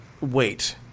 wait